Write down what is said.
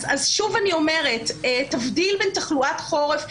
אז שוב אני אומרת: תבדיל בין תחלואת חורף,